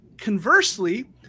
conversely